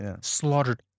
Slaughtered